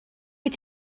wyt